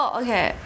okay